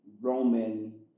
Roman